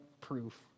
proof